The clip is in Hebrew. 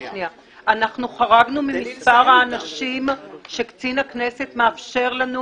חרגנו ממספר האנשים שקצין הכנסת מאפשר לנו